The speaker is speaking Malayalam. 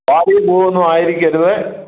വാടിയ പൂവൊന്നും ആയിരിക്കരുത്